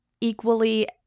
equally